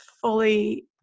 fully